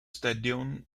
stadion